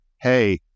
hey